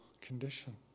condition